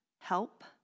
help